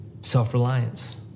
Self-reliance